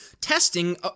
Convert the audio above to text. testing